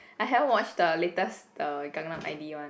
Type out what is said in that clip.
I haven't watch the latest the Gangnam I_D one